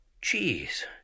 Cheese